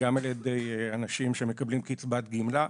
גם על ידי אנשים שמקבלים קצבת גמלה,